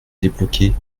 débloqué